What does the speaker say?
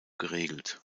geregelt